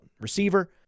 receiver